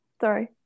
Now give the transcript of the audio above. Sorry